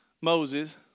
Moses